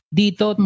dito